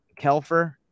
Kelfer